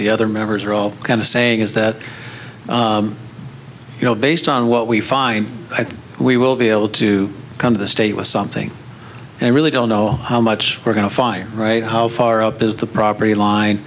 the other members are all kind of saying is that you know based on what we find i think we will be able to come to the state with something i really don't know how much we're going to fire right how far up is the property line